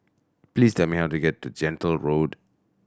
please tell me how to get to Gentle Road